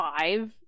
five